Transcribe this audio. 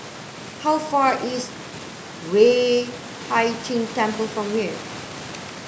how far is Yueh Hai Ching Temple from here